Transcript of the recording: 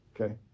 Okay